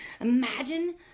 imagine